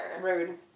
Rude